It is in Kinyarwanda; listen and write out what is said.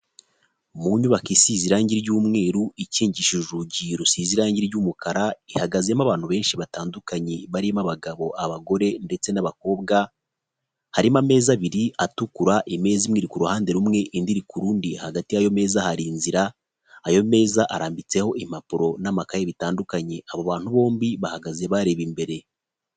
Mu nyubako isize irangi ry'umweru ikingishije urugi rusize irangi ry'umukara ihagazemo abantu benshi batandukanye barimo: abagabo, abagore, ndetse n'abakobwa. Harimo amezi abiri atukura; imeze imwe iri ku ruhande rumwe, indi iri ku rundi hagati y'ameza hari inzira ayo meza arambitseho impapuro n'amakaye bitandukanye, abo bantu bombi bahagaze bareba imbere.